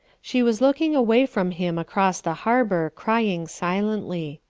she was looking away from him across the harbour, crying silently.